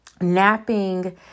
napping